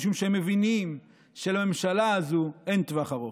משום שהם מבינים שלממשלה הזו אין טווח ארוך.